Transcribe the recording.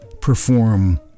perform